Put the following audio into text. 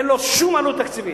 אין לו שום עלות תקציבית.